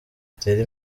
itere